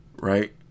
right